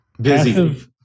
Busy